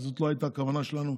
כי זאת לא הייתה הכוונה שלנו,